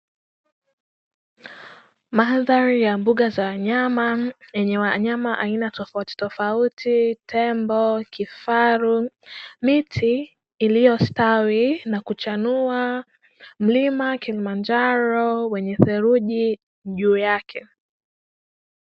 Mandhari ya mbuga za wanyama yenye wanyama wa aina tofautitofautitofauti; tembo, kifaru. Miti iliyostawi na kuchanua, mlima Kilimanjaro wenye theluji juu yake.